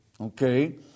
Okay